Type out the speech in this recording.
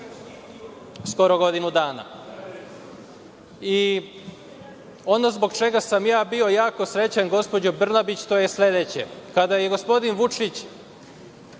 skoro godinu dana. Ono zbog čega sam ja bio jako srećan, gospođo Brnabić, to je sledeće. Kada je gospodin Vučić